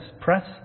Press